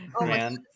man